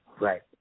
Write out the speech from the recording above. Right